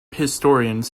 historians